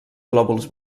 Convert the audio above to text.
glòbuls